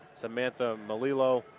samantha millo.